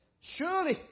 Surely